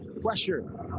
Pressure